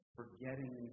forgetting